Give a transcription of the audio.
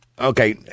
Okay